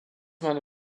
meine